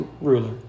ruler